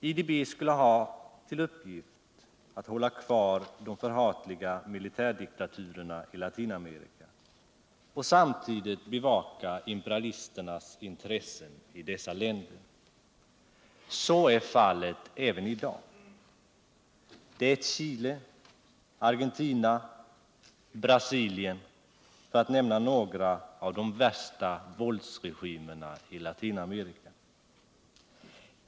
IDB skulle ha till uppgift att hålla kvar de förhatliga militärdiktaturerna i de latinamerikanska länderna och samtidigt bevaka imperialisternas intressen i dessa länder. Så är fallet även i dag. Det gäller Chile, Argentina och Brasilien, för att nämna några av de värsta våldsregimerna i Latinamerika.